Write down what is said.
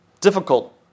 difficult